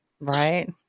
Right